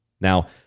Now